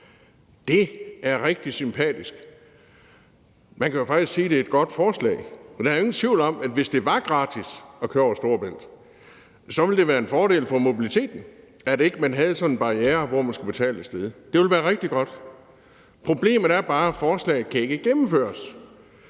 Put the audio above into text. Det er rigtig sympatisk. Man kan jo faktisk sige, at det er et godt forslag, for der er ingen tvivl om, at hvis det var gratis at køre over Storebælt, ville det være en fordel for mobiliteten, at man ikke havde sådan en barriere, hvor man skulle betale osv. Det ville være rigtig godt. Problemet er bare, at forslaget ikke kan gennemføres,